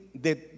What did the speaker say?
de